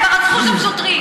כבר רצחו שם שוטרים.